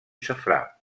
safrà